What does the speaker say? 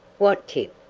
what tip?